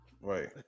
Right